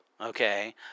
Okay